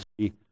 see